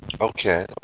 Okay